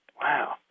Wow